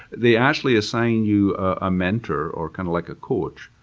they actually assign you a mentor, or kind of like a coach.